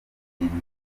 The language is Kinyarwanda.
irindwi